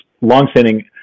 long-standing